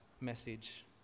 message